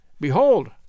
Behold